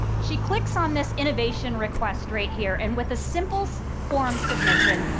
she clicks on this innovation request right here and with a simple so form submission,